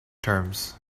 terms